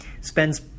spends